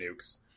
nukes